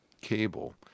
cable